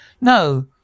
No